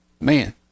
man